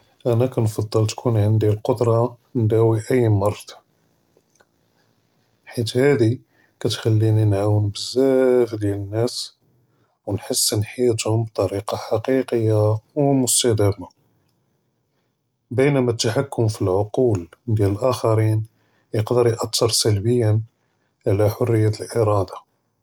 אַנָא כַּנְפַדֵּל תְּקוּן עַנְדִי אֶלְקֻדְרַה נְדַאוִי אִי מֻרַד, חֵית הָאדִי כַּתְחַלְּינִי נְעַוֵּן בְּזַאף דִּיַאל נַאס וְנְחַסֵּן חַיַאתְהוּם בִּטְרִיקַה חַקִיקִיָּה אוֹ אֶסְתִידַאמָה, בֵּנְמְבַּרָא אֶלְתַּחְכּוּם פִּאלְעֻקוּל דִּיַאל אֶלְאַחְרִין יְקְדַּר יְאַתְּר סֶלְבִּיַאנִיָּה עַל חֲרִיַּת אֶלְאִרַאדָה.